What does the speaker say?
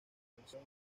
canción